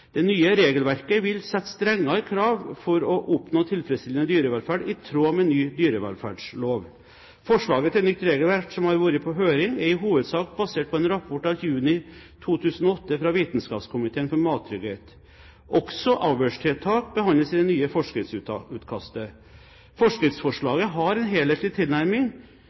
Det nye regelverket vil sette strengere krav for å oppnå tilfredsstillende dyrevelferd i tråd med ny dyrevelferdslov. Forslaget til nytt regelverk som har vært på høring, er i hovedsak basert på en rapport av juni 2008 fra Vitenskapskomiteen for mattrygghet. Også avlstiltak behandles i det nye forskriftsutkastet. Forskriftsforslaget har en helhetlig tilnærming.